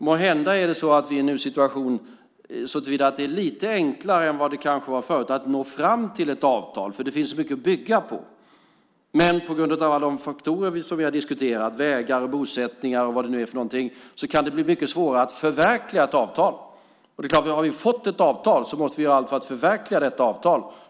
Måhända är vi nu i en situation där det är lite enklare att nå fram till ett avtal än vad det kanske var förut. Det finns så mycket att bygga på. Men på grund av alla de faktorer som vi har diskuterat - vägar, bosättningar - kan det bli mycket svårare att förverkliga ett avtal. Det är klart att vi när vi har fått ett avtal måste göra allt för att förverkliga det.